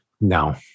No